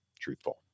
truthful